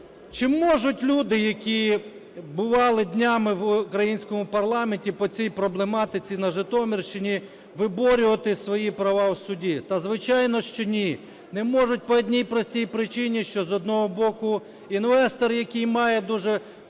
Чи можуть люди, які бували днями в українському парламенті по цій проблематиці, на Житомирщині виборювати свої права у суді? Та звичайно ж, що ні. Не можуть по одній простій причині, що з одного боку інвестор, який має дуже